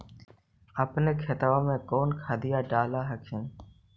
अपने खेतबा मे कौन खदिया डाल हखिन?